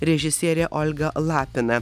režisierė olga lapina